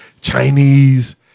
Chinese